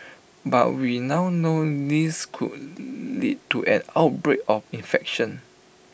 but we now know this could lead to an outbreak of infection